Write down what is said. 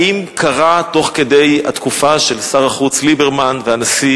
האם היו בתקופה של שר החוץ ליברמן והנשיא